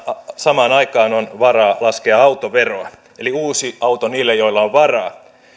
samaan aikaan on varaa laskea autoveroa eli uusi auto niille joilla on varaa